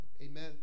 Amen